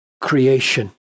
creation